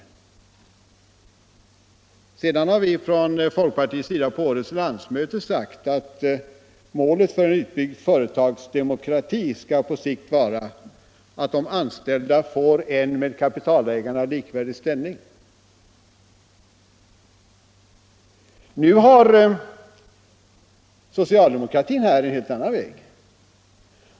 Sedan har vi från folkpartiets sida på förra årets landsmöte sagt att målet för en utbyggd företagsdemokrati på sikt skall vara att de anställda får en med kapitalägarna likvärdig ställning. Nu har socialdemokratin här en helt annan väg.